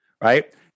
right